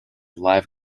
live